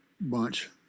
bunch